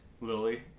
Lily